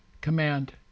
command